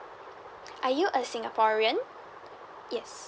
are you a singaporean yes